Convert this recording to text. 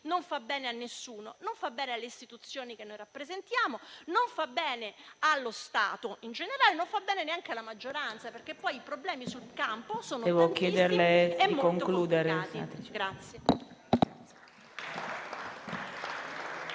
non fa bene a nessuno, non fa bene alle istituzioni che rappresentiamo, non fa bene allo Stato in generale e neanche alla maggioranza, perché poi i problemi sul campo sono tantissimi e molto complicati.